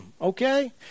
okay